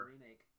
remake